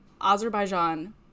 Azerbaijan